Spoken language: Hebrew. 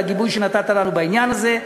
על הגיבוי שנתת לנו בעניין הזה,